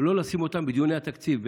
לא לשים אותם בדיוני התקציב,